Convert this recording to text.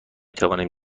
توانیم